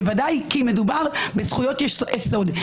ודאי כי מדובר בזכויות יסוד.